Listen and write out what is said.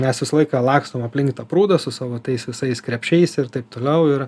mes visą laiką lakstom aplink tą prūdą su savo tais visais krepšiais ir taip toliau ir